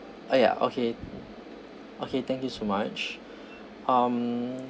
ah ya okay okay thank you so much um